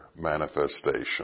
manifestation